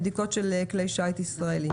בדיקות כלי שיט ישראלי.